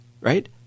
right